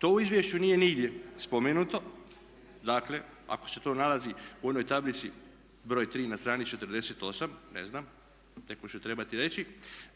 To u izvješću nije nigdje spomenuto, dakle ako se to nalazi u onoj tablici broj tri na strani 48. ne znam, netko će trebati reći